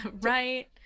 right